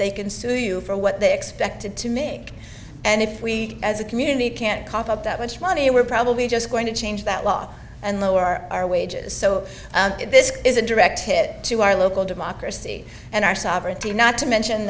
they can sue you for what they expected to make and if we as a community can't cough up that much money we're probably just going to change that law and lower our wages so this is a direct hit to our local democracy and our sovereignty not to mention